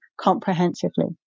comprehensively